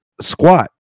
squat